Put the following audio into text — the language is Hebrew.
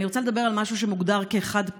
אני רוצה לדבר על משהו שמוגדר כחד-פעמי